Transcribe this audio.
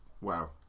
wow